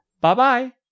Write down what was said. Bye-bye